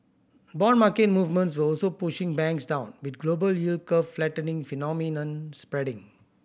bond market movements were also pushing banks down with global yield curve flattening phenomenon spreading